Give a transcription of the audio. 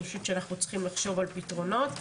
אני חושבת שאנחנו צריכים לחשוב על פתרונות.